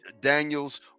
Daniels